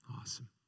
Awesome